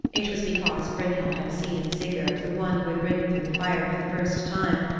it was because brynhild had seen in sigurd the one who had ridden through the fire for the first time,